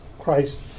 Christ